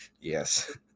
Yes